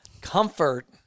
Comfort